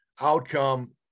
outcome